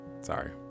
Sorry